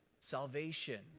Salvation